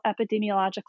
epidemiological